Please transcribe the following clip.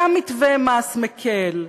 גם מתווה מס מקל,